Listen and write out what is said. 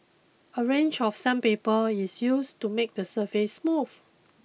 a range of sandpaper is used to make the surface smooth